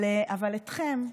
אבל אתכם,